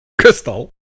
Crystal